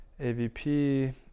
AVP